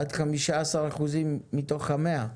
עד 15% מתוך ה-100?